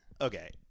Okay